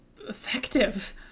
effective